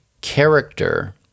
character